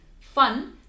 fun